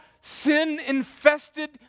sin-infested